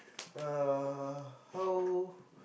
uh how